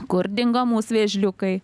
kur dingo mūs vėžliukai